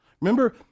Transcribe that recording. Remember